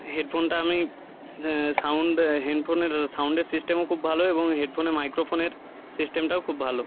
হেডফোনটা আমি সাউন্ড হেডফোনের সাউন্ডের সিস্টেমও খুব ভালো এবং হেডফোনে মাইক্রোফোনের সিস্টেমটাও খুব ভালো